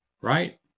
Right